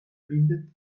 bindet